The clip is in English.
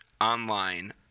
online